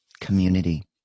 community